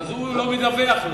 אז הוא לא מדווח לו.